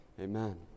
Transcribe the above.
Amen